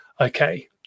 okay